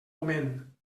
moment